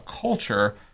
culture